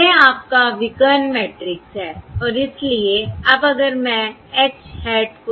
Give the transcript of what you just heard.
यह आपका विकर्ण मैट्रिक्स है और इसलिए अब अगर मैं H hat को देखती हूं